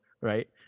right